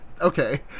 okay